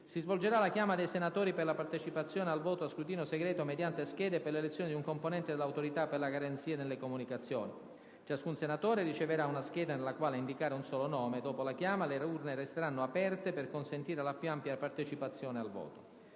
si svolgerà la chiama dei senatori per la partecipazione al voto a scrutinio segreto mediante schede per 1'elezione di un componente dell'Autorità per le garanzie nelle comunicazioni. Ciascun senatore riceverà una scheda nella quale indicare un solo nome. Dopo la chiama le urne resteranno aperte per consentire la più ampia partecipazione al voto.